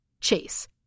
Chase